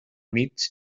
mig